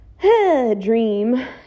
dream